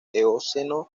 eoceno